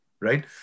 right